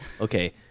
okay